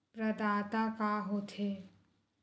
प्रदाता का हो थे?